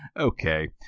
okay